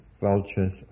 vulture's